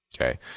Okay